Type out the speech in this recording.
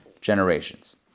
generations